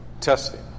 Testing